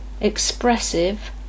expressive